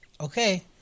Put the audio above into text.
Okay